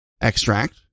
extract